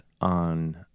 on